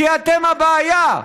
כי אתם הבעיה.